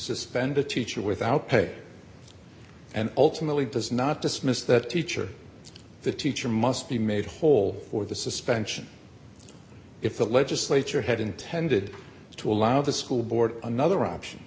suspend a teacher without pay and ultimately does not dismiss that teacher the teacher must be made whole for the suspension if the legislature had intended to allow the school board another option